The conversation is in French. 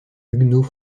huguenots